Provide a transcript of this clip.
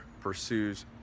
pursues